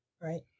right